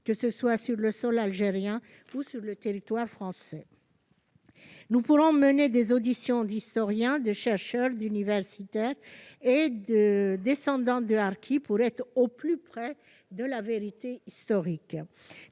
que ce soit sur le sol algérien ou sur le territoire français. Nous pourrons ainsi mener des auditions d'historiens, de chercheurs, d'universitaires et de descendants de harkis pour être au plus près de la vérité historique.